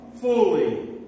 fully